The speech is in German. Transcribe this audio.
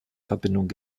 verbindung